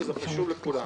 שזה חשוב לכולם.